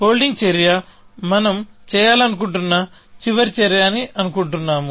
holding చర్య మనం చేయాలను కుంటున్న చివరి చర్య అని అనుకుంటాము